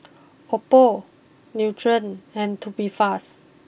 Oppo Nutren and Tubifast